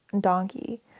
donkey